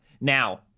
Now